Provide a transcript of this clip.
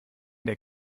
der